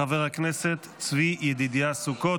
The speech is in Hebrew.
חבר הכנסת צבי ידידיה סוכות,